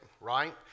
Right